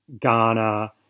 ghana